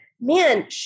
man